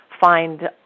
find